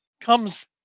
Comes